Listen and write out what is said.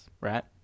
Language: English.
right